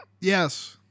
Yes